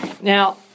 Now